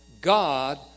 God